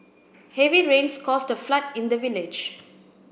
heavy rains caused a flood in the village